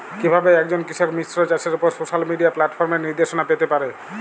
কিভাবে একজন কৃষক মিশ্র চাষের উপর সোশ্যাল মিডিয়া প্ল্যাটফর্মে নির্দেশনা পেতে পারে?